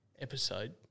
episode